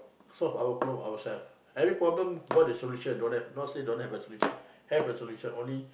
solve our problem ourselves every problem got a solution don't have not say don't have a solution have a solution only